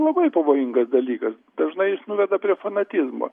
labai pavojingas dalykas dažnai jis nuveda prie fanatizmo